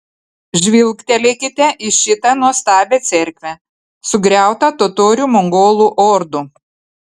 žvilgtelėkite į šitą nuostabią cerkvę sugriautą totorių mongolų ordų